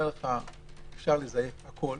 ואפשר לזייף הכול